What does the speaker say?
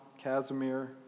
Casimir